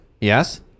Yes